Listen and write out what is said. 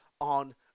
on